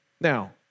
Now